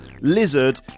lizard